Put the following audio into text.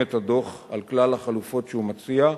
את הדוח על כלל החלופות שהוא מציע,